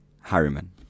Harriman